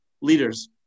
leaders